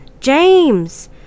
James